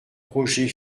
roger